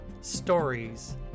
stories